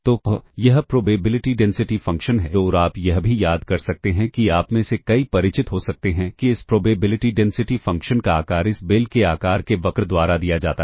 तो यह probability density function है और आप यह भी याद कर सकते हैं कि आप में से कई परिचित हो सकते हैं कि इस प्रोबेबिलिटी डेंसिटी फ़ंक्शन का आकार इस बेल के आकार के वक्र द्वारा दिया जाता है